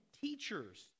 teachers